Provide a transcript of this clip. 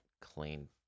clean